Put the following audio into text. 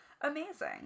Amazing